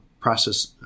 process